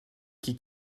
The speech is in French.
qui